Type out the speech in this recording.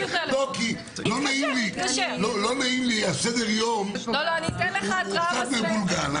כי לא נעים לי שסדר-היום קצת מבולגן.